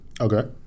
okay